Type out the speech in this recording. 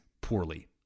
poorly